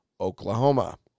Oklahoma